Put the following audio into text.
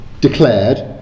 declared